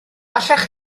allech